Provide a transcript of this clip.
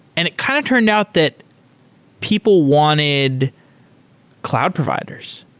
and it kind of turned out that people wanted cloud providers.